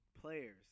players